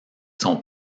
son